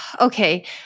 Okay